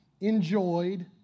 enjoyed